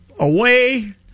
away